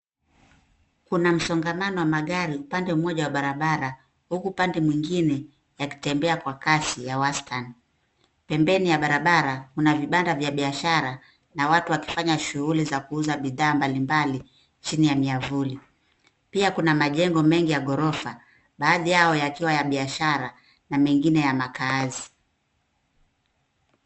Kuna msongamano wa magari upande mmoja wa barabara, huku upande mwingine yakitembea kwa kasi ya wastani. Pembeni ya barabara mna vibanda vya biashara na watu wakifanya shughuli za kuuza bidhaa mbalimbali chini ya miavuli. Pia kuna majengo mengi ya gorofa baadhi yao yakiwa ya biashara na mengine ya makazi.